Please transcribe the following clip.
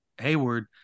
Hayward